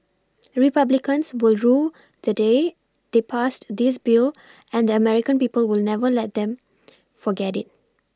republicans will rue the day they passed this Bill and the American people will never let them forget it